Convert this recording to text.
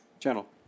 channel